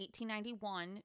1891